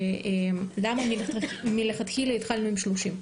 למה מלכתחילה התחלנו עם 30?